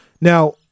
now